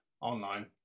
online